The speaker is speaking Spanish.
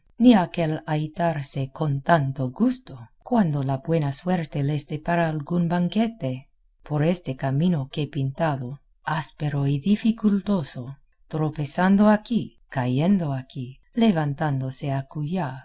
ni aquel ahitarse con tanto gusto cuando la buena suerte les depara algún banquete por este camino que he pintado áspero y dificultoso tropezando aquí cayendo allí levantándose acullá tornando